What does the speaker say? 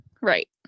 Right